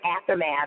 aftermath